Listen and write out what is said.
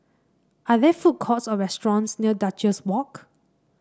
are there food courts or restaurants near Duchess Walk